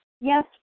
Yes